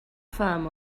firm